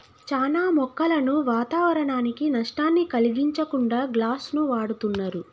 చానా మొక్కలను వాతావరనానికి నష్టాన్ని కలిగించకుండా గ్లాస్ను వాడుతున్నరు